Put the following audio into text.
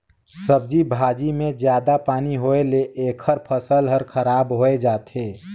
सब्जी भाजी मे जादा पानी होए ले एखर फसल हर खराब होए जाथे